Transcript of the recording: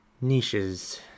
niches